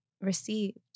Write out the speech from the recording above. received